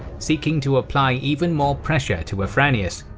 seeking to apply even more pressure to afranius,